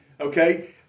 okay